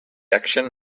action